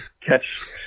catch